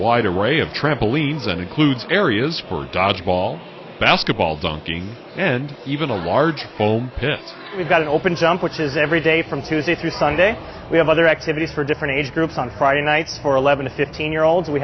wide array of trampolines and includes areas for dodgeball basketball dunking and even a large foam we've got an open jump which is every day from tuesday through sunday we have other activities for different age groups on friday nights for eleven to fifteen year old